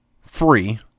free